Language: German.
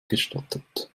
gestattet